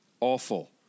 Awful